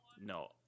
No